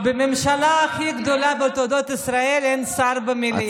--- להיות שרה --- בממשלה הכי גדולה בתולדות ישראל אין שר במליאה.